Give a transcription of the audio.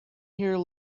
here